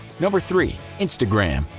number three. instagram.